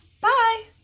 Bye